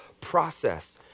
process